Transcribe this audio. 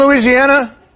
Louisiana